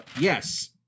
yes